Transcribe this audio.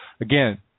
again